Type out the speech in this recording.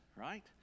right